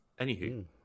Anywho